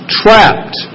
trapped